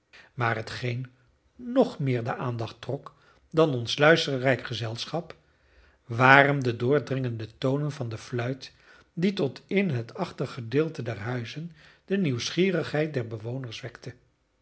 maar hetgeen nog meer de aandacht trok dan ons luisterrijk gezelschap waren de doordringende tonen van de fluit die tot in het achtergedeelte der huizen de nieuwsgierigheid der bewoners wekten